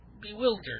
bewildered